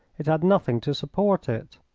it had nothing to support it.